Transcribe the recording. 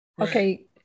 Okay